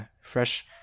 fresh